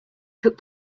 took